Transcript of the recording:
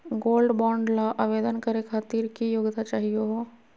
Gold bond ल आवेदन करे खातीर की योग्यता चाहियो हो?